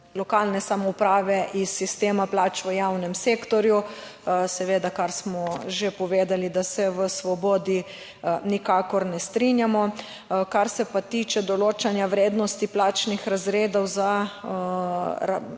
lokalne samouprave iz sistema plač v javnem sektorju, seveda kar smo že povedali, da se v Svobodi nikakor ne strinjamo. Kar se pa tiče določanja vrednosti plačnih razredov za